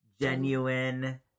genuine